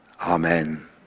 amen